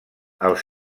els